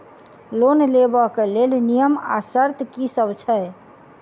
Loan लेबऽ कऽ लेल नियम आ शर्त की सब छई?